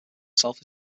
self